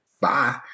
bye